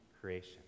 creation